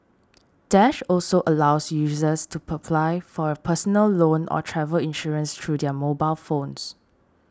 dash also allows users to apply for a personal loan or travel insurance through their mobile phones